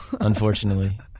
Unfortunately